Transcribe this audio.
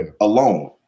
alone